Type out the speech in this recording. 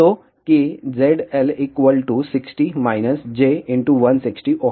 तो कि ZL 60 - j160Ω